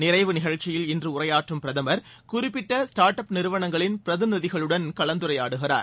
நிறைவு நிகழ்ச்சியில் இன்று உரையாற்றும் பிரதமர் குறிப்பிட்ட ஸ்டார்ட் அப் நிறுவனங்களின் பிரதிநிதிகளுடன் கலந்துரையாடுகிறார்